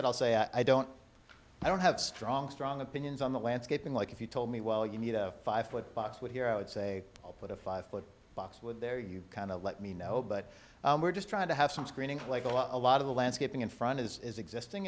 what i'll say i don't i don't have strong strong opinions on the landscaping like if you told me well you need a five foot box with here i would say i'll put a five foot box with there you kind of let me know but we're just trying to have some screening like a lot a lot of the landscaping in front is existing